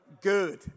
Good